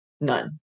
None